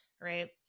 right